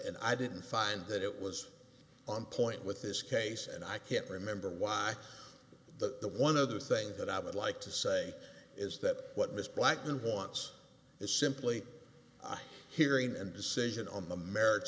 and i didn't find that it was on point with this case and i can't remember why the one other thing that i would like to say is that what ms blackman wants is simply i hearing and decision on the merits